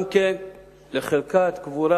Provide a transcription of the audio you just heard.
גם כן חלקת קבורה